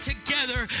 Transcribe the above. Together